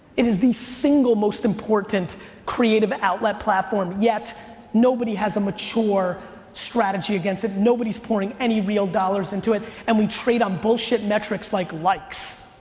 it is the single most important creative outlet platform, yet nobody has a mature strategy against it. nobody's pouring any real dollars into it, and we trade on bullshit metrics like likes.